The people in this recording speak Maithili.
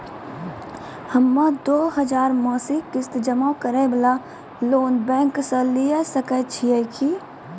हम्मय दो हजार मासिक किस्त जमा करे वाला लोन बैंक से लिये सकय छियै की?